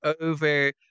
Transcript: over